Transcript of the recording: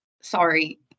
Sorry